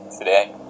Today